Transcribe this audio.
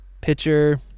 Pitcher